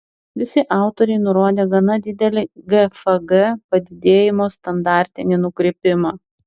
visi autoriai nurodė gana didelį gfg padidėjimo standartinį nukrypimą